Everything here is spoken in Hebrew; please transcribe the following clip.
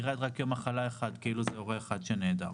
ירד רק יום מחלה אחד כאילו מדובר בהורה אחד שנעדר.